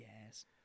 Yes